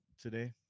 today